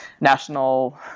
national